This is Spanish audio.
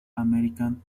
american